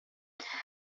każdym